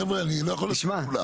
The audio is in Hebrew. חבר'ה, אני לא יכול את כולם.